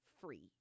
free